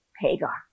Hagar